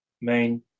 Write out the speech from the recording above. main